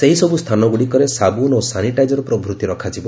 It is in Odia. ସେହିସବୁ ସ୍ଥାନଗୁଡ଼ିକରେ ସାବୁନ ଓ ସାନିଟାଇଜର ପ୍ରଭୂତି ରଖାଯିବ